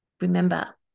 Remember